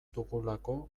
dugulako